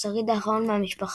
השריד האחרון מהמשפחה.